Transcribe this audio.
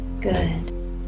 Good